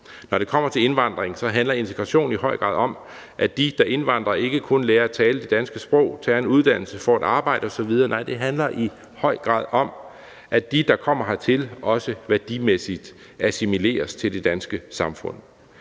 Når det kommer til indvandring, handler integration i høj grad om, at de, der indvandrer, ikke kun lærer at tale det danske sprog og tager en uddannelse og får et arbejde osv. Nej, det handler i høj grad om, at de, der kommer hertil, også værdimæssigt assimileres til det danske samfund.